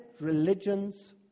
Religions